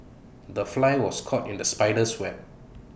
the fly was caught in the spider's web